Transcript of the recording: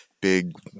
big